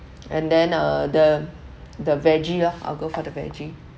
and then uh the the veggie lor I'll go for the veggie